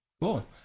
Cool